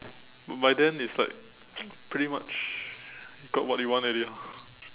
by then it's like pretty much you got what you want already ah